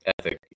ethic